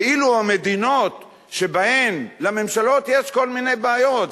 ואילו המדינות שבהן לממשלות יש כל מיני בעיות,